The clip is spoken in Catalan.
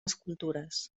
escultures